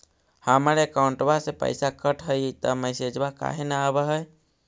हमर अकौंटवा से पैसा कट हई त मैसेजवा काहे न आव है?